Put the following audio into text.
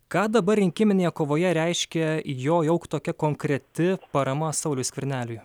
ką dabar rinkiminėje kovoje reiškiajo jau tokia konkreti parama sauliui skverneliui